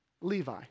Levi